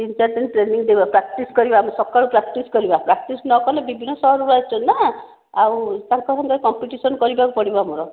ତିନି ଚାରି ଦିନ ଟ୍ରେନିଂ ଦେବେ ପ୍ରାକ୍ଟିସ୍ କରିବା ସକାଳୁ ପ୍ରାକ୍ଟିସ୍ କରିବା ପ୍ରାକ୍ଟିସ୍ ନ କଲେ ବିଭିନ୍ନ ସହରରୁ ଆସିଛନ୍ତି ନା ଆଉ ତାଙ୍କ ସାଙ୍ଗରେ କମ୍ପିଟିସନ୍ କରିବାକୁ ପଡ଼ିବ ଆମର